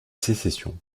sécession